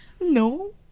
No